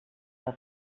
una